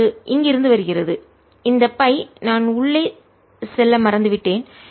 இது இங்கிருந்து வருகிறது இந்த பை நான் உள்ளே செல்ல மறந்துவிட்டேன்